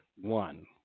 one